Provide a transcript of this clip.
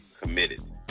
committed